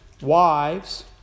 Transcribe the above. wives